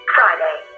Friday